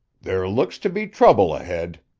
there looks to be trouble ahead,